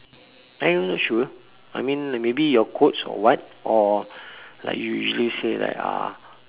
!huh! you not sure I mean like maybe your clothes or what or like you usually like uh